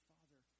Father